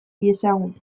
diezagun